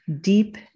deep